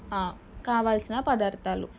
కావాలసిన పదార్థాలు